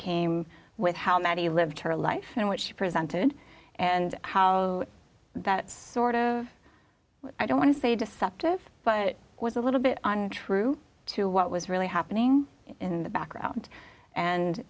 came with how mattie lived her life and what she presented and how that's sort of i don't want to say deceptive but it was a little bit true to what was really happening in the background and